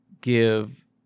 give